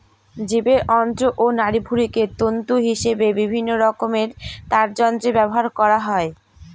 জীবের অন্ত্র ও নাড়িভুঁড়িকে তন্তু হিসেবে বিভিন্নরকমের তারযন্ত্রে ব্যবহার করা হয়